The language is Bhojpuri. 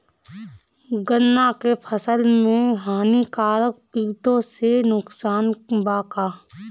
गन्ना के फसल मे हानिकारक किटो से नुकसान बा का?